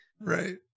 Right